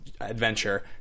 adventure